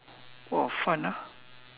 !wah! fun ah